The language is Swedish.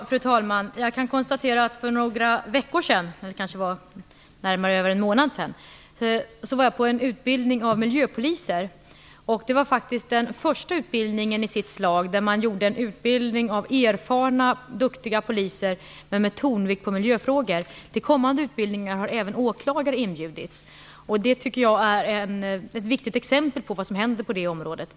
Fru talman! Jag var för ungefär en månad sedan på en utbildning av miljöpoliser. Det var faktiskt den första utbildningen i sitt slag, en utbildning av erfarna duktiga poliser med tonvikt på miljöfrågor. Till kommande utbildningen har även åklagare inbjudits. Det är ett viktigt exempel på vad som händer på det området.